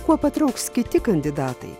kuo patrauks kiti kandidatai